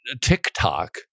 TikTok